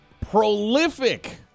prolific